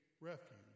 refuge